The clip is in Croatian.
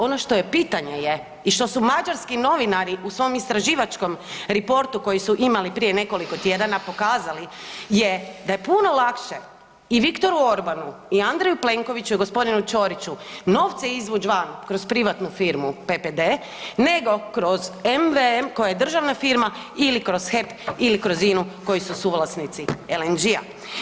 Ono što pitanje i što su mađarski novinari u svom istraživačkom reportu koji su imali prije nekoliko tjedana pokazali je da je puno lakše i Viktoru Orbanu i Andreju Plenkoviću i gospodinu Ćoriću novce izvuć van kroz privatnu firmu PPD nego kroz MVM koja je državna firma ili kroz HEP ili kroz INU koji su suvlasnici LNG-a.